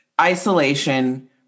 isolation